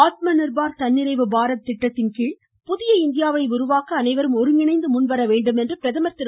ஆத்ம நிர்பார் தன்னிறைவு பாரத திட்டத்தின்கீழ் புதிய இந்தியாவை உருவாக்க அனைவரும் ஒருங்கிணைந்து முன்வரவேண்டும் என்று பிரதமர் திரு